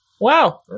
Wow